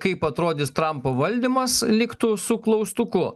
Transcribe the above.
kaip atrodys trampo valdymas liktų su klaustuku